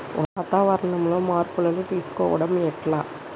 వాతావరణంలో మార్పులను తెలుసుకోవడం ఎట్ల?